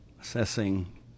assessing